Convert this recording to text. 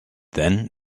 then